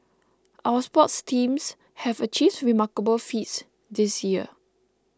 our sports teams have achieved remarkable feats this year